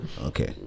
Okay